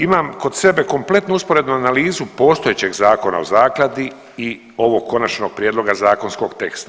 Imam kod sebe kompletnu usporednu analizu postojećeg Zakona o zakladi i ovog konačnog prijedloga zakonskog teksta.